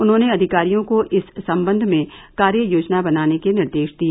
उन्होंने अधिकारियों को इस सम्बन्ध में कार्ययोजना बनाने के निर्देश दिए